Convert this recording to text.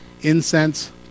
incense